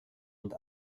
und